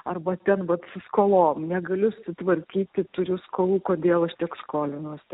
arba ten vat su skolom negaliu susitvarkyti turiu skolų kodėl aš tiek skolinuosi